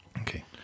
Okay